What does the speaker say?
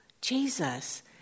Jesus